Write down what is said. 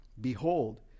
behold